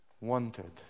Wanted